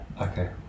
Okay